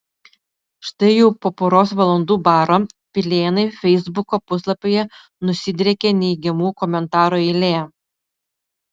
štai jau po poros valandų baro pilėnai feisbuko puslapyje nusidriekė neigiamų komentarų eilė